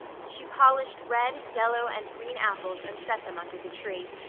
she polished red, yellow, and green apples and set them under the tree.